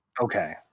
Okay